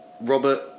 Robert